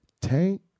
Tank